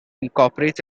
incorporates